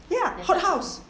ya hot house